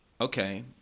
Okay